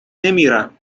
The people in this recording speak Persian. نمیرم